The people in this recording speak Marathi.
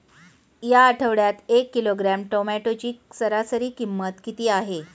या आठवड्यात एक किलोग्रॅम टोमॅटोची सरासरी किंमत किती आहे?